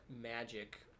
magic